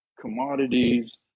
commodities